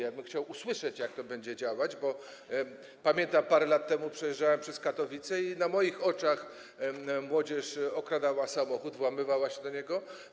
Ja bym chciał usłyszeć, jak to będzie działać, bo pamiętam, jak parę lat temu przejeżdżałem przez Katowice i na moich oczach młodzież okradała samochód, włamywała się do niego.